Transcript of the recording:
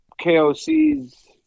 KOC's